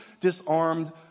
disarmed